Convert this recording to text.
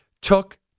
took